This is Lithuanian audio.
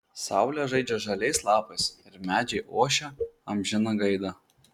saulė žaidžia žaliais lapais ir medžiai ošia amžiną gaidą